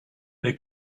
they